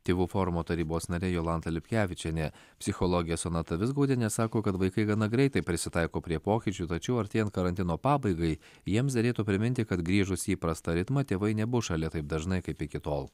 tėvų forumo tarybos narė jolanta lipkevičienė psichologė sonata vizgaudienė sako kad vaikai gana greitai prisitaiko prie pokyčių tačiau artėjant karantino pabaigai jiems derėtų priminti kad grįžus į įprastą ritmą tėvai nebus šalia taip dažnai kaip iki tol